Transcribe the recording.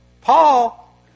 Paul